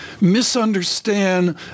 misunderstand